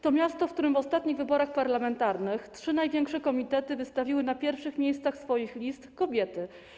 To miasto, w którym w ostatnich wyborach parlamentarnych trzy największe komitety wystawiły na pierwszych miejscach swoich list kobiety.